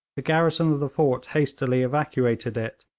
the garrison of the fort hastily evacuated it,